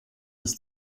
ist